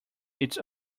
its